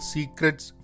Secrets